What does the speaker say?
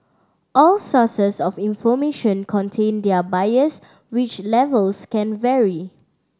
all sources of information contain their bias which levels can vary